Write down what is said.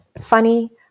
funny